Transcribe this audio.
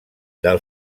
del